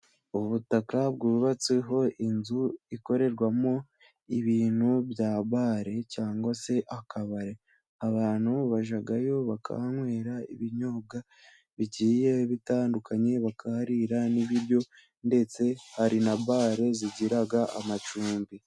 Ubutaka bwubatseho inzu ikorerwamo ibintu bya bare, cyangwa se akabare abantu bajyayo bakahanwera ibinyobwa bigiye bitandukanye bakaharira n'ibiryo, ndetse hari na bare zigira amacumbi.